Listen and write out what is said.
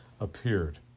appeared